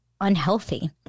unhealthy